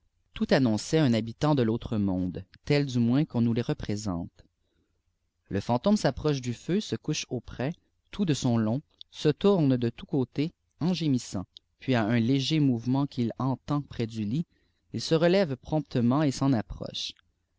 tout annonçâiië liri habitant de i'autre monde tels du moins qu'on nous les rëjprésente le fantôme s'approche du feu se couche auprès tout fe sonlong se tourne de tous côtés en gémissant puis à un léger mduverhent qu'il entend près du lit il se relève promçtement et s'en alproche